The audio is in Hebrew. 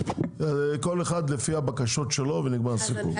כל אחד לפי הבקשות שלו ונגמר הסיפור.